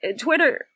Twitter